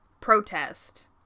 protest